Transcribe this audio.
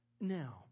now